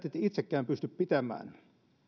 itsekään pysty pitämään